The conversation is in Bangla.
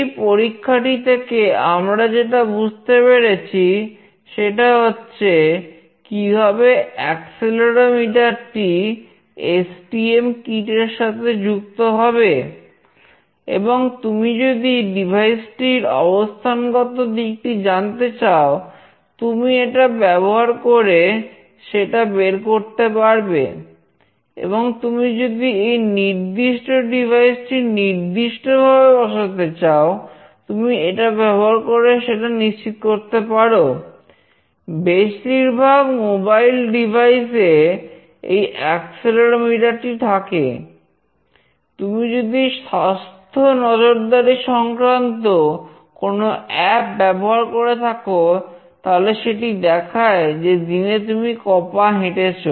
এই পরীক্ষাটি থেকে আমরা যেটা বুঝতে পেরেছি সেটা হচ্ছে কিভাবে অ্যাক্সেলেরোমিটার ব্যবহার করে থাকো তাহলে সেটি দেখায় যে দিনে তুমি কত পা হেঁটেছ